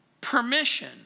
permission